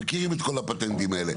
מכירים את כל הפטנטים האלה.